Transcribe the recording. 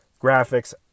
graphics